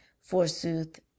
forsooth